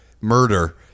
murder